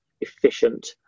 efficient